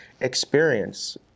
experience